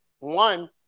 One